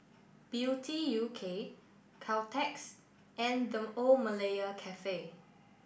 beauty U K Caltex and The Old Malaya Cafe